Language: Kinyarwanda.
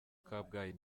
kabgayi